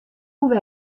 oer